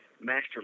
Master